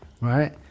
right